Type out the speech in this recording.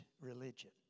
religion